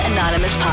Anonymous